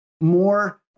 more